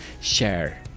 share